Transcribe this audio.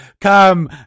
Come